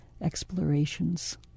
explorations